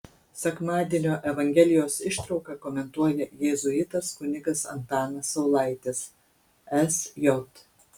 sekmadienio evangelijos ištrauką komentuoja jėzuitas kunigas antanas saulaitis sj